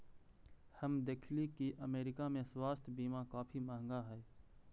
हम देखली की अमरीका में स्वास्थ्य बीमा काफी महंगा हई